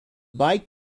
bike